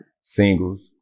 singles